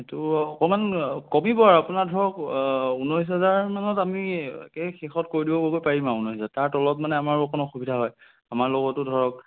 সেইটো অকণমান কমিব আপোনাৰ ধৰক ঊনৈছ হেজাৰ মানত আমি একে শেষত কৈ দিব পাৰিম আৰু ঊনৈছ হেজাৰত তাৰ তলত আমাৰো অকণ অসুবিধা হয় আমাৰ লগতো ধৰক